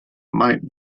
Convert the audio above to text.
might